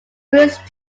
bruised